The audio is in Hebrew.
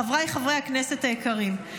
חבריי חברי הכנסת היקרים,